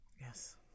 Yes